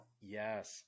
Yes